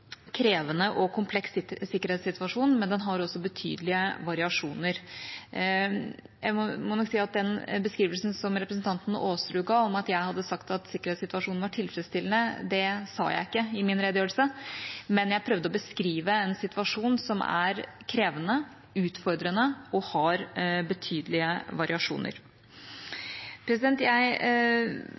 krevende og kompleks sikkerhetssituasjon, men den har også betydelige variasjoner. Jeg må nok si at når det gjelder den beskrivelsen som representanten Aasrud ga, om at jeg hadde sagt at sikkerhetssituasjonen var tilfredsstillende, så sa jeg ikke det i min redegjørelse, men jeg prøvde å beskrive en situasjon som er krevende, utfordrende og har betydelige variasjoner. Jeg